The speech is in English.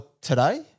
today